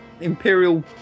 Imperial